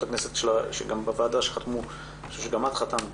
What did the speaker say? הכנסת של הוועדה שחתמו אני חושבת שגם את חתמת,